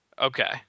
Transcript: Okay